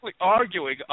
arguing